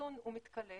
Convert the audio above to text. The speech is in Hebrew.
אחסון מתכלה